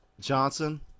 Johnson